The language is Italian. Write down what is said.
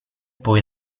poi